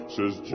Says